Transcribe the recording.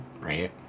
right